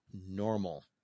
normal